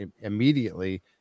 immediately